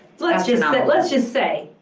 let's just ah like let's just say